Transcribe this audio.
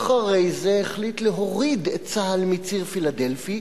אחרי זה החליט להוריד את צה"ל מציר פילדלפי,